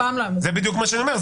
זה בדיוק מה שאני אומר,